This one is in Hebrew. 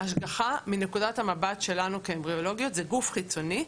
ההשגחה מנקודת המבט שלנו כאמבריולוגיות שהוא גוף חיצוני,